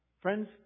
Friends